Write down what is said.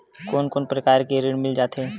कोन कोन प्रकार के ऋण मिल जाथे?